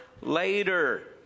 later